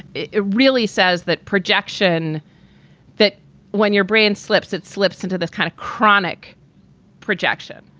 it it really says that projection that when your brain slips, it slips into this kind of chronic projection,